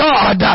God